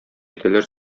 итәләр